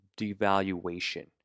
devaluation